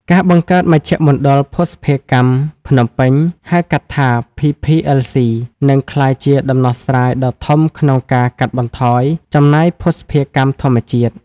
ការបង្កើតមជ្ឈមណ្ឌលភស្តុភារកម្មភ្នំពេញ (ហៅកាត់ថា PPLC) នឹងក្លាយជាដំណោះស្រាយដ៏ធំក្នុងការកាត់បន្ថយចំណាយភស្តុភារកម្មជាតិ។